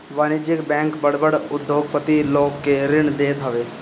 वाणिज्यिक बैंक बड़ बड़ उद्योगपति लोग के ऋण देत हवे